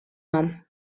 nom